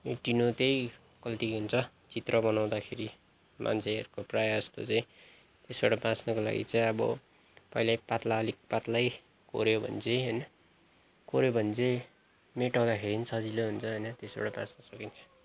मेट्टिनु त्यही गल्ती हुन्छ चित्र बनाउँदाखेरि मान्छेहरूको प्रायः जस्तो चाहिँ यसबाट बाँच्नको लागि चाहिँ अब पहिलै पात्ला अलिक पात्ला कोऱ्यो भने चाहिँ होइन कोऱ्यो भने चाहिँ मेट्टाउँदाखेरि पनि सजिलो हुन्छ होइन त्यसबाट बाँच्न सकिन्छ